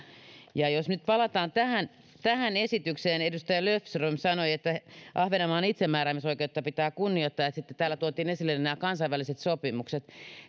jos nyt palataan tähän tähän esitykseen niin edustaja löfström sanoi että ahvenanmaan itsemääräämisoikeutta pitää kunnioittaa ja sitten täällä tuotiin esille nämä kansainväliset sopimukset